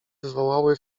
wywołały